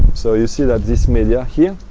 so you see that this media here